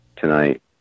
tonight